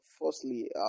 firstly